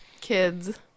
kids